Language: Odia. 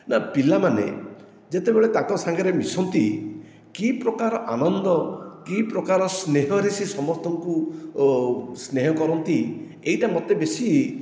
ନା ପିଲାମାନେ ଯେତେବେଳେ ତାଙ୍କ ସାଙ୍ଗରେ ମିଶନ୍ତି କି ପ୍ରକାର ଆନନ୍ଦ କି ପ୍ରକାର ସ୍ନେହରେ ସେ ସମସ୍ତଙ୍କୁ ସ୍ନେହ କରନ୍ତି ଏହିଟା ମୋତେ ବେଶୀ